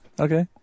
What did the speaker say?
okay